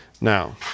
now